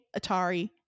Atari